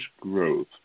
growth